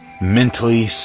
mentally